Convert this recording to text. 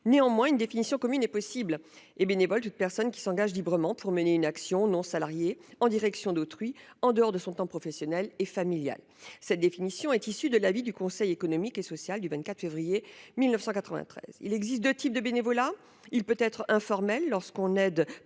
Néanmoins, une définition commune est possible :« Est bénévole toute personne qui s'engage librement pour mener une action non salariée en direction d'autrui, en dehors de son temps professionnel et familial. » Cette définition est issue de l'avis du Conseil économique et social du 24 février 1993. Il existe deux types de bénévolat : informel, lorsque l'on aide